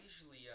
usually